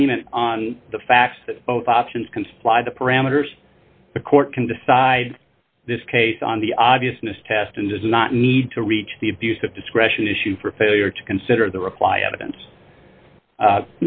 agreement on the fact that both options can supply the parameters the court can decide this case on the obviousness test and does not need to reach the abuse of discretion issue for failure to consider the reply